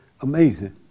Amazing